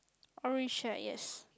orange chair yes